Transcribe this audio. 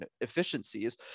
efficiencies